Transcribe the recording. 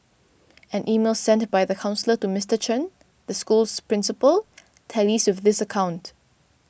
an email sent by the counsellor to Mister Chen the school's principal tallies with this account